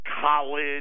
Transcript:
college